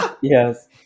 Yes